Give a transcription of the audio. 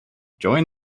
join